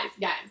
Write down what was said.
guys